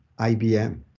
IBM